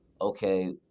okay